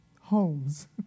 homes